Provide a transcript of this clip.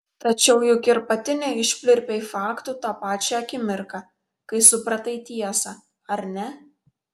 tačiau juk ir pati neišpliurpei faktų tą pačią akimirką kai supratai tiesą ar ne